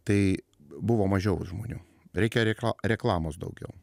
tai buvo mažiau žmonių reikia reklamos daugiau